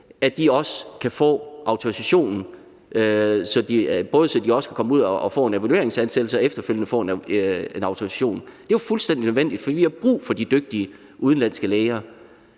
også kan få autorisationen, så de også kan komme ud og få en evalueringsansættelse og efterfølgende få en autorisation. Det er jo fuldstændig nødvendigt, for vi har brug for de dygtige udenlandske læger,